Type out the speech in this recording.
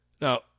Now